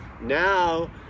Now